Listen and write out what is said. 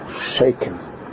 shaken